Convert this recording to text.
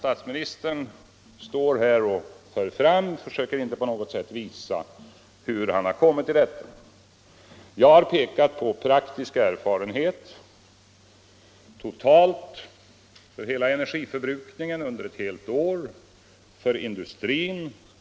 Statsministern försöker inte på något sätt visa hur han kommit fram till detta påstående. Jag har pekat på vad som enligt praktisk erfarenhet totalt är möjligt att spara in av industrins energiförbrukning under ett helt år.